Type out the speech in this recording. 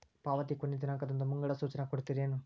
ಪಾವತಿ ಕೊನೆ ದಿನಾಂಕದ್ದು ಮುಂಗಡ ಸೂಚನಾ ಕೊಡ್ತೇರೇನು?